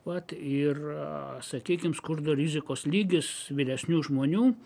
vat ir sakykim skurdo rizikos lygis vyresnių žmonių